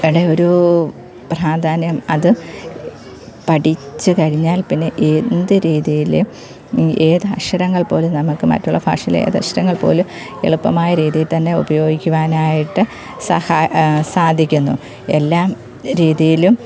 യെടെ ഒരൂ പ്രാധാന്യം അത് പഠിച്ച് കഴിഞ്ഞാൽ പിന്നെ എന്ത് രീതിയിലും ഏത് അക്ഷരങ്ങൾ പോലും നമുക്ക് മറ്റുള്ള ഭാഷയിലെ ഏത് അക്ഷരങ്ങൾ പോലും എളുപ്പമായ രീതിയിൽ തന്നെ ഉപയോഗിക്കുവാനായിട്ട് സഹാ സാധിക്കുന്നു എല്ലാം രീതിയിലും